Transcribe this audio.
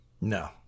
No